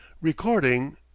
Recording